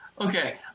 okay